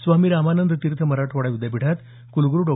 स्वामी रामानंद तीर्थ मराठवाडा विद्यापीठात कुलगुरू डॉ